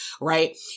right